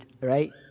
right